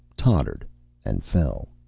tottered and fell.